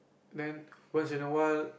then once in a while